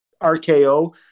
RKO